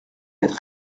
être